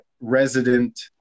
resident